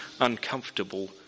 uncomfortable